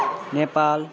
Nepal